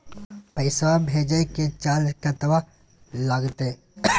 पैसा भेजय के चार्ज कतबा लागते?